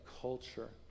culture